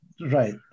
Right